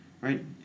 right